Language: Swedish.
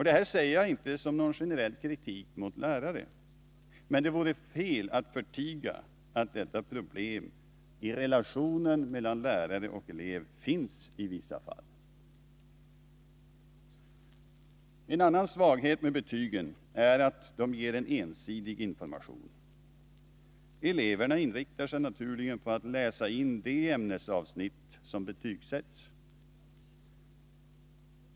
Detta säger jag inte som någon generell kritik mot lärare, men det vore fel att förtiga att detta problem i relationen mellan lärare och elev finns i vissa fall. En annan svaghet med betygen är att de ger en ensidig information. Eleverna inriktar sig naturligen på att läsa in de ämnesavsnitt som betygsätts.